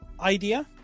idea